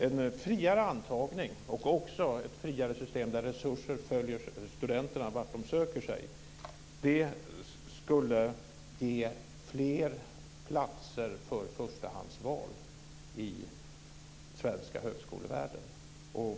En friare antagning och ett friare system där resurser följer studenterna dit de söker sig skulle ge fler platser för förstahandsval i den svenska högskolevärlden.